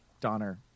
Donner